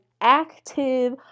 active